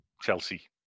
Chelsea